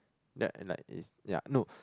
that like is yea no